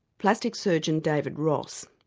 plastic surgeon david ross.